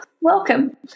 Welcome